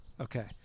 Okay